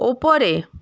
উপরে